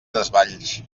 desvalls